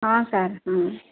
ହଁ ସାର୍